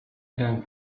eran